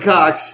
Cox